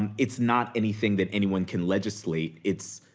and it's not anything that anyone can legislate. it's.